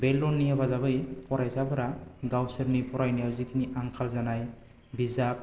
बे लननि हेफाजाबै फरायसाफ्रा गावसोरनि फरायनायाव जेखिनि आंखाल जानाय बिजाब